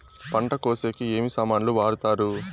పంట కోసేకి ఏమి సామాన్లు వాడుతారు?